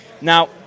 Now